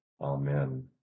Amen